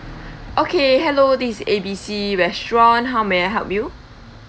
okay hello this is A B C restaurant how may I help you